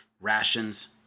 rations